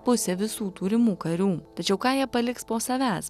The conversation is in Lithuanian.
pusė visų turimų karių tačiau ką jie paliks po savęs